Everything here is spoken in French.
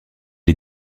est